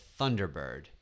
Thunderbird